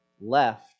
left